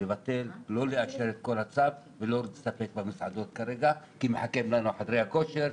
לא לאשר את כל הצו ולא להסתפק במסעדות כרגע כי מחכים לנו חדרי הכושר,